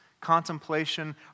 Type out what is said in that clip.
contemplation